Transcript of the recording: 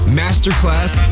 masterclass